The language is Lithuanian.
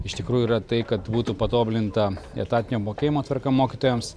iš tikrųjų yra tai kad būtų patobulinta etatinio apmokėjimo tvarka mokytojams